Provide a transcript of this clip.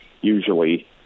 usually